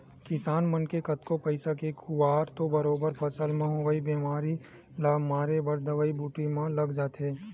किसान मन के कतको पइसा के खुवार तो बरोबर फसल म होवई बेमारी ल मारे बर दवई बूटी म लग जाथे